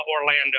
Orlando